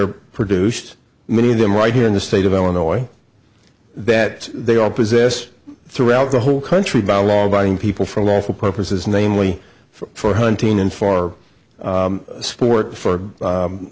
are produced many of them right here in the state of illinois that they all possess throughout the whole country by law abiding people for a lawful purposes namely for hunting and for sport for